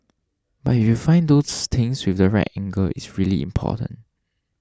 but if you find those things with the right angle it's really important